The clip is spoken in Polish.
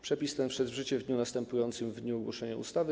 Przepis ten wszedł w życie w dniu następującym po dniu ogłoszenia ustawy.